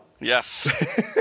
Yes